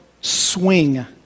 swing